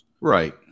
Right